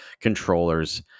controllers